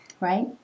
Right